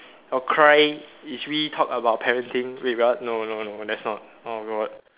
okay is we talk about parenting wait what no no no let's not oh god